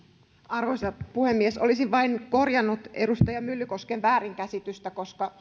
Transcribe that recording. arvoisa puhemies olisin vain korjannut edustaja myllykosken väärinkäsitystä koska